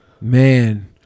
Man